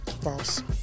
False